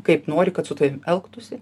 kaip nori kad su tavim elgtųsi